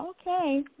Okay